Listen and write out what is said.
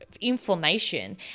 inflammation